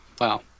wow